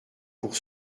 pour